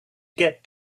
get